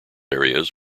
areas